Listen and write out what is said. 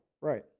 Right